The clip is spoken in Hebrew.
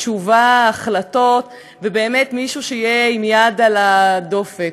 תשובה, החלטות, ובאמת מישהו שיהיה עם יד על הדופק.